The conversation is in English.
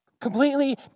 completely